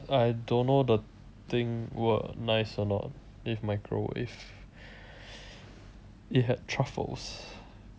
I don't know the thing will nice or not if microwave it had truffles